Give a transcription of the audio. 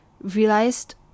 realized